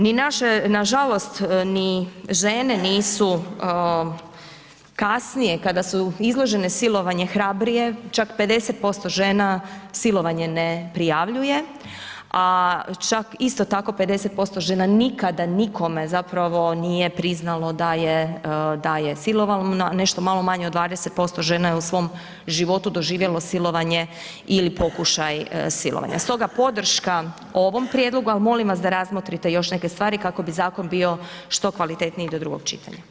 Ni naše nažalost ni žene nisu kasnije kada su izložene silovanju, hrabrije, čak 50% žena silovanje ne prijavljuje a čak isto tako 50% žena nikada nikome zapravo nije priznalo da je silovano a nešto malo manje od 20% žena je u svom životu doživjelo silovanje ili pokušaj silovanja stoga podrška ovom prijedlogu ali molim vas da razmotrite još neke stvari kako bi zakon bio što kvalitetniji do drugog čitanja.